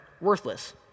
worthless